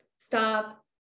stop